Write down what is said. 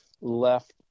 left